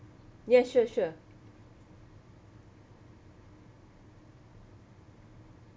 yes sure sure